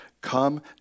come